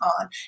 on